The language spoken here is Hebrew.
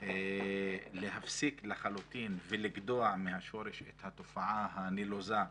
להפסיק לחלוטין ולגדוע מהשורש את התופעה הנלוזה,